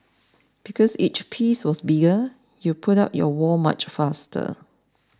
because each piece was bigger you put up your wall much faster